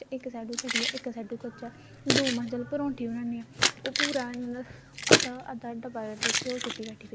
ते होर सानूं पता बी किश करने होने ते जियां साढ़ी मम्मी कन्नै जन्नी ते पुच्छी बी लैनी की बिच केह् केह् पाये दा ऐ